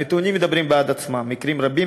הנתונים מדברים בעד עצמם: במקרים רבים